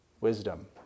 wisdom